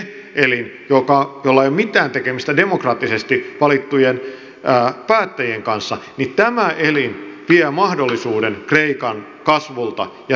eli se elin jolla ei ole mitään tekemistä demokraattisesti valittujen päättäjien kanssa vie mahdollisuuden kreikan kasvulta ja nousulta